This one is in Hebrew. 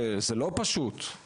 זה לא פשוט,